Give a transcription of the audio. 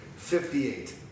58